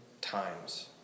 times